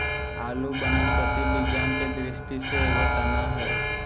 आलू वनस्पति विज्ञान के दृष्टि से एगो तना हइ